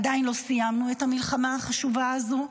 עדיין לא סיימנו את המלחמה החשובה הזו,